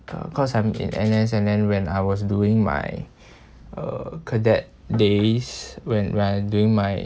cause I'm in N_S and then when I was doing my uh cadet days when when I doing my